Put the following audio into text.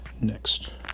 Next